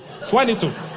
22